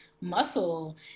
muscle